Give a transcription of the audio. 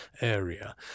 area